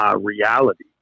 reality